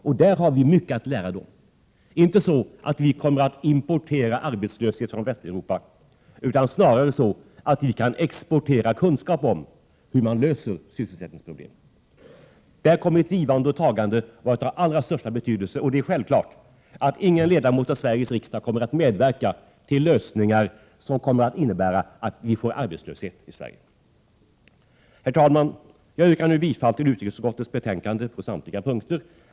Vi har mycket att lära dem. Det är inte så att vi skall importera arbetskraft från Västeuropa, utan snarare så att vi kan exportera kunskap om hur man löser sysselsättningsproblem. I det sammanhanget kommer ett givande och tagande att vara av allra största betydelse. Det är självklart att ingen ledamot i Sveriges riksdag kommer att medverka till lösningar som skulle innebära att vi får arbetslöshet i Sverige. Herr talman! Jag yrkar bifall till utrikesutskottets betänkande på samtliga punkter.